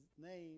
name